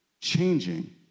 changing